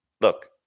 look